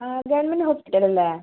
ആ government hospital അല്ലെ